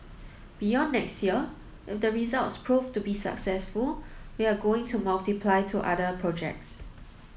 beyond next year if the results proved to be successful we are going to multiply to other projects